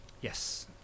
yes